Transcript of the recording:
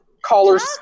callers